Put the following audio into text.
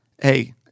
Hey